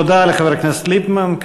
תודה לחבר הכנסת ליפמן.